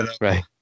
right